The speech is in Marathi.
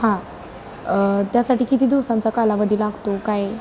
हां त्यासाठी किती दिवसांचा कालावधी लागतो काय